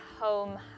home